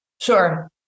Sure